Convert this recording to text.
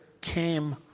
came